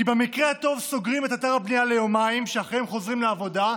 כי במקרה הטוב סוגרים את אתר הבנייה ליומיים ואחרי יום חוזרים לעבודה,